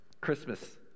Christmas